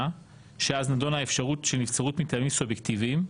כאשר אז נדונה האפשרות של נבצרות מטעמים סובייקטיביים,